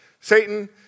Satan